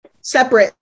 Separate